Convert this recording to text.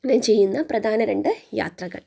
ഞാൻ ചെയ്യുന്ന പ്രധാന രണ്ട് യാത്രകൾ